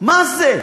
מה זה?